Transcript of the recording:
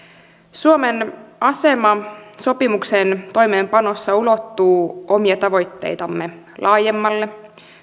suomen asema sopimuksen toimeenpanossa ulottuu omia tavoitteitamme laajemmalle